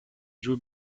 drew